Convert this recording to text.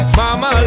mama